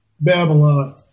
Babylon